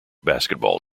basketball